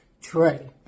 Trey